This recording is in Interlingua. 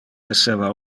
esseva